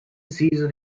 season